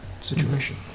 situation